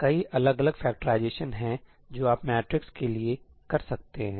कई अलग अलग फैक्टराइजेशनस हैं जो आप मैट्रिक्स के लिए कर सकते हैं